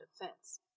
defense